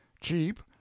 cheap